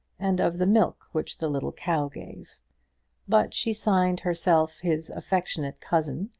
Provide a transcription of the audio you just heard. and of the milk which the little cow gave but she signed herself his affectionate cousin,